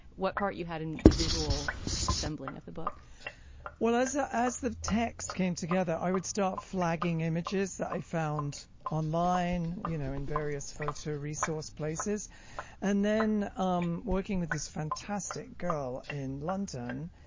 what part you had in the visual assembling of the book well as far ah as the text came together i would start flagging images that i found online. you know in various photo resource places and then um working with this fantastic girl in london.